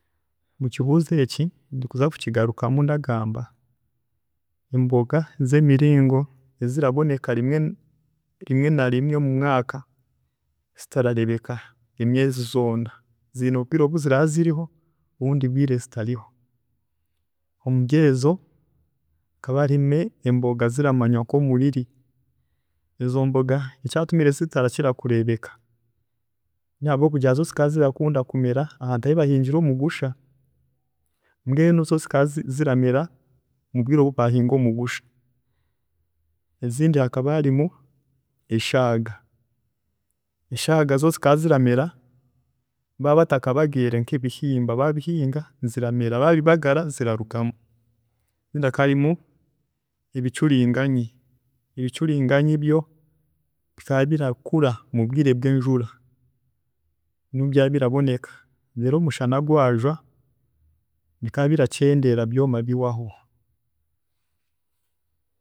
﻿Ekibuuzo eki ndikuza kukigarukamu ndagamba emboga zemiringo eziraboneka rimwe na rimwe mumwaaka zitarareebeka emyeezi zoona, ziine obwiire obu ziraba ziriho kandi obundi obwiire zitariho. Omuri ezo hakaba harimu eboga ezi ziramanywa nka omuriri, ezo mboga ekyatumire zitarakira kureebeka nokugira ngu zo zikaba zirakunda kumere ahantu ahu bahingire omugusha, mbwenu zo zikazi ziramera mubwiire obu bahingire omugusha, ezindi hakaba harimu eshaaga, eshaaga zo zikaba ziramera baaba batakabagiire nkebihimba, baabihinga ziramera baabibagara zirarugamu, ezindi hakaba harimu ebicuriinganyi, ebicuriinganyi byo bikaba birakura mubwiire bwenjura, niho byabaire biraboneka reero omushana gwaajwa bikaba biracendeera, byooma bihwaho.